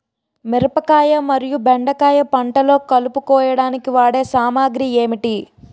మిరపకాయ మరియు బెండకాయ పంటలో కలుపు కోయడానికి వాడే సామాగ్రి ఏమిటి?